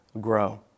grow